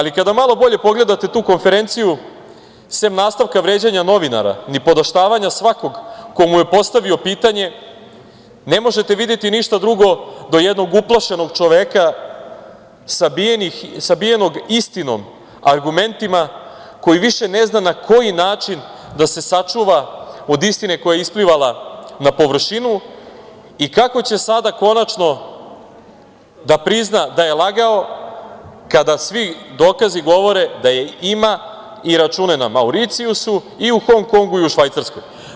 Kada malo bolje pogledate tu konferenciju, sem nastavka vređanja novinara, nipodaštavanja svakoga ko mu je postavio pitanje, ne možete videti ništa drugo do jednog uplašenog čoveka, sabijenog istinom, argumentima, koji više ne zna na koji način da se sačuva od istine koja je isplivala na površinu i kako će sada konačno da prizna da je lagao kada svi dokazi govore da ima i račune na Mauricijusu i u Hong-Kongu i u Švajcarskoj.